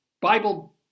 Bible